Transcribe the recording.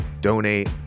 donate